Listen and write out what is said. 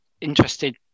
interested